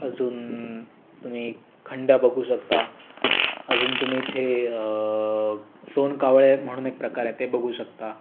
अजून तुम्ही खंड्या बघू शकता अजून तुम्ही इथे सोनकावळे आहेत म्हणून एक प्रकार आहे ते बघू शकता